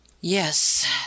yes